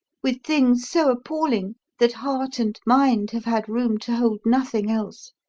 with things so appalling that heart and mind have had room to hold nothing else.